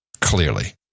Clearly